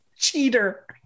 cheater